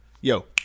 yo